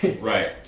Right